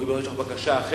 יכולה להיות בקשה אחרת,